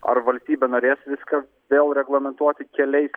ar valstybė norės viską vėl reglamentuoti keliais